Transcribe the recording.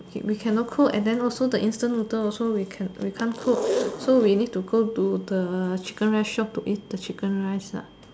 we cannot cook and then also the instant noodle also we can we can't cook so we need to go to the chicken rice shop to eat the chicken rice ah